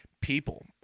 People